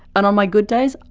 and on my good days,